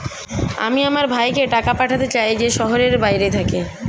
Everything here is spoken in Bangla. আমি আমার ভাইকে টাকা পাঠাতে চাই যে শহরের বাইরে থাকে